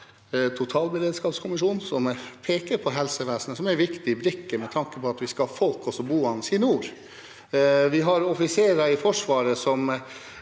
totalberedskapskommisjonen som peker på helsevesenet som en viktig brikke med tanke på at vi skal ha folk boende også i nord. Vi har offiserer i Forsvaret som